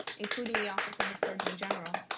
including the office of the surgeon general.